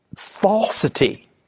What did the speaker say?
falsity